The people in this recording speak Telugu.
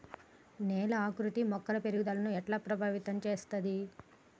నేల ఆకృతి మొక్కల పెరుగుదలను ఎట్లా ప్రభావితం చేస్తది?